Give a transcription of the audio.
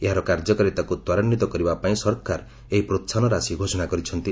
ଏହାର କାର୍ଯ୍ୟକାରିତାକୁ ତ୍ୱରାନ୍ୱିତ କରିବା ପାଇଁ ସରକାର ଏହି ପ୍ରୋହାହନ ରାଶି ଘୋଷଣା କରିଛନ୍ତି